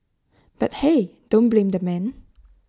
but hey don't blame the man